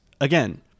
again